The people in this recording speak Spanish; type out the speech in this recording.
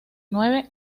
nueve